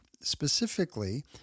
specifically